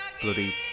bloody